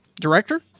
director